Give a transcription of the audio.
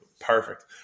Perfect